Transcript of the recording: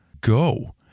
go